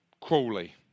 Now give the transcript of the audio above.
Crawley